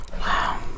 wow